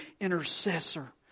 intercessor